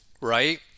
right